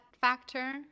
factor